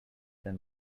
than